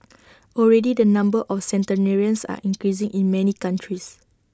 already the number of centenarians are increasing in many countries